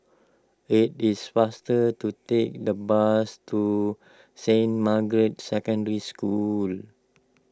it is faster to take the bus to Saint Margaret's Secondary School